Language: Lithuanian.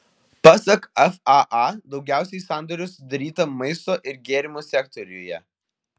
pasak faa daugiausiai sandorių sudaryta maisto ir gėrimų sektoriuje